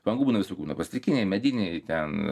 langų būna visokių plastikiniai mediniai ten